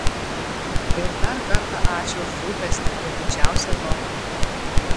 ir dar kartą ačiū už rūpestį ir didžiausią dovaną